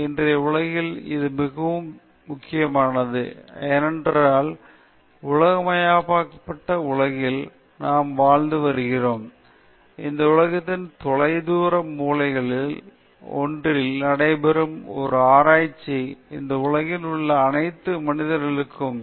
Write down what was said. இன்றைய உலகில் இது மிகவும் முக்கியமானது ஏனென்றால் உலகமயமாக்கப்பட்ட உலகில் நாம் வாழ்ந்து வருகிறோம் இந்த உலகத்தின் தொலைதூர மூலைகளில் ஒன்றில் நடைபெறும் ஒரு ஆராய்ச்சி இந்த உலகில் உள்ள அனைத்து மனிதர்களுக்கும் தாக்கத்தை ஏற்படுத்தும்